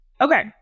Okay